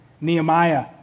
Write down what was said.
Nehemiah